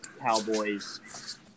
Cowboys